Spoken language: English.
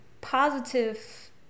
positive